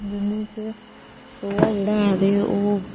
सोहा जेहड़ा है ते ओह्